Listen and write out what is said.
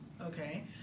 okay